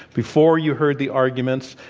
before you heard the arguments,